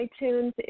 iTunes